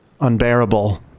unbearable